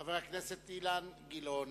חבר הכנסת אילן גילאון.